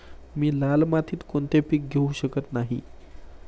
मी लाल मातीत कोणते पीक घेवू शकत नाही?